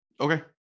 okay